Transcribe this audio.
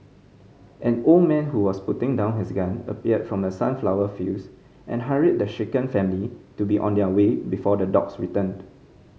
an old man who was putting down his gun appeared from the sunflower fields and hurried the shaken family to be on their way before the dogs returned